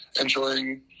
enjoying